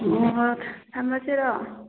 ꯍꯣꯏ ꯍꯣꯏ ꯊꯝꯃꯁꯤꯔꯣ